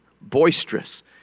boisterous